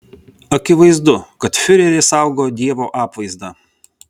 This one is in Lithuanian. akivaizdu kad fiurerį saugo dievo apvaizda